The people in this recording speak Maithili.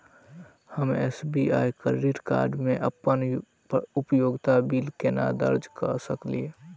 हम एस.बी.आई क्रेडिट कार्ड मे अप्पन उपयोगिता बिल केना दर्ज करऽ सकलिये?